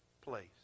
place